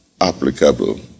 applicable